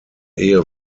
ehe